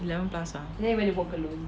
eleven plus ah